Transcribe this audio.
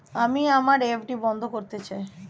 আমি আমার এফ.ডি বন্ধ করতে চাই